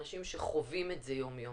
אנשים שחווים את זה יום-יום,